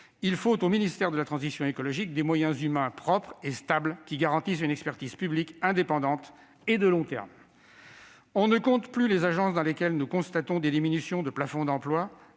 Il faut au ministère de la transition écologique des moyens humains propres et stables qui garantissent une expertise publique indépendante et de long terme. On ne compte plus les agences pour lesquelles on constate des diminutions des plafonds d'emploi,